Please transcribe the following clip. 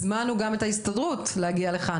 הזמנו גם את הנציגים של ההסתדרות להגיע לכאן